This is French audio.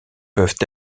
peuvent